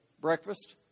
breakfast